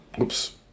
Oops